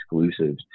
exclusive